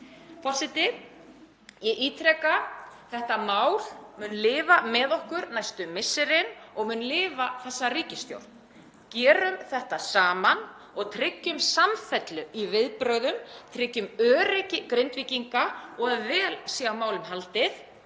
Forseti. Ég ítreka: Þetta mál mun lifa með okkur næstu misserin og mun lifa þessa ríkisstjórn. Gerum þetta saman og tryggjum samfellu í viðbrögðum, tryggjum öryggi Grindvíkinga og að vel sé á málum haldið